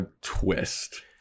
twist